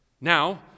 Now